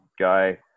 guy